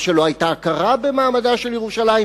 ושלא היתה הכרה במעמדה של ירושלים,